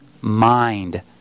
mind